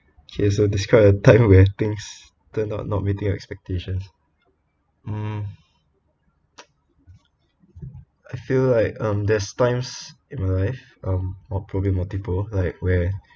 ya so describe a time when things turn out not meeting your expectations mm I feel like um there's times in life um or probably multiple like where